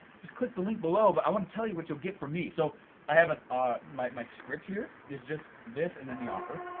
just click the link below but i want to tell you what you'll get from me. so i have ah ah my script here is just this and then the offer.